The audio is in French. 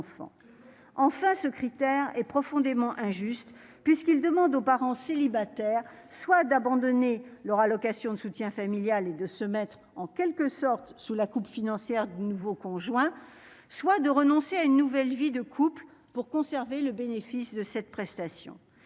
enfin, ce critère est profondément injuste puisqu'il demande aux parents célibataires soit d'abandonner leur allocation de soutien familial et de se mettre en quelque sorte sous la coupe financière de nouveau conjoint soit de renoncer à une nouvelle vie de couple pour conserver le bénéfice de cette prestation,